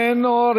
אינו נוכח,